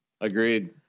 Agreed